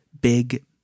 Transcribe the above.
big